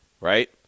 right